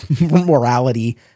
morality